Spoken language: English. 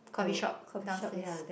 coffee shop downstairs